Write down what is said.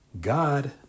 God